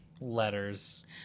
letters